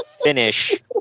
finish